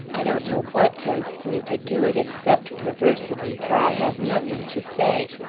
i don't know what tempts me to do it except perversity for i have nothing to say.